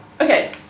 Okay